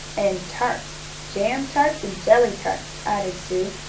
and tarts jam tarts and jelly tarts! added sue.